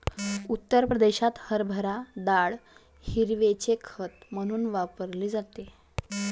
उत्तर प्रदेशात हरभरा डाळ हिरवळीचे खत म्हणून वापरली जाते